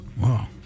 Wow